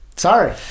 Sorry